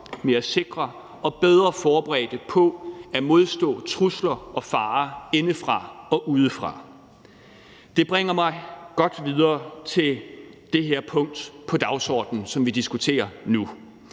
mere sikre og bedre forberedte på at modstå trusler og farer indefra og udefra. Det bringer mig godt videre til det her punkt på dagsordenen, som vi diskuterer nu.